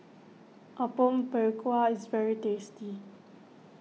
Apom Berkuah is very tasty